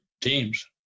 teams